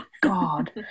god